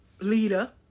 leader